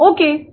Okay